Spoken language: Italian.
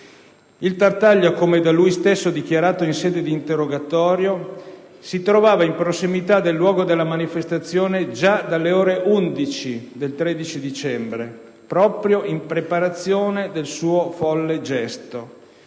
Il Tartaglia - come da lui stesso dichiarato in sede di interrogatorio - si trovava in prossimità del luogo della manifestazione già dalle ore 11 del 13 dicembre, proprio in preparazione del suo folle gesto.